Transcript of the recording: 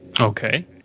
Okay